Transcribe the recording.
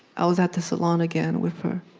i was at the salon again with her.